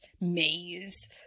maze